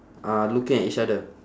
uh looking at each other